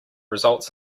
results